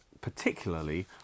particularly